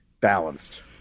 balanced